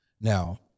Now